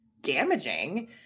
damaging